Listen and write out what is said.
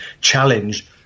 challenge